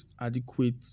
adequate